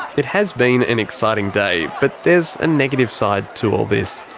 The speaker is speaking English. it has been an exciting day, but there's a negative side to all this.